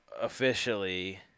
officially